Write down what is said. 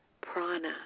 Prana